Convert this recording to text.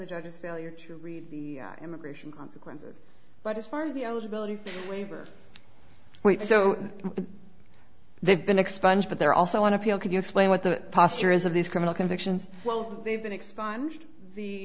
the judge's failure to read the immigration consequences but as far as the eligibility waiver went so they've been expunged but they're also on appeal can you explain what the posture is of these criminal convictions well they've been